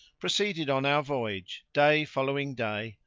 proceeded on our voyage, day following day,